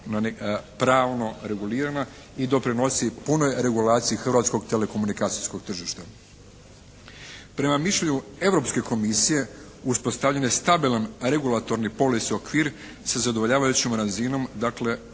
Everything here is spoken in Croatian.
pravno regulirana i doprinosi punoj regulaciji hrvatskog telekomunikacijskog tržišta. Prema mišljenju Europske komisije uspostavljen je stabilan regulatorni …/Govornik se ne razumije./… okvir sa zadovoljavajućom razinom, dakle